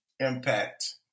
Impact